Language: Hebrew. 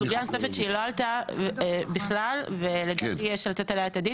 סוגיה נוספת שלא עלתה בכלל ולדעתי יש לתת עליה את הדעת,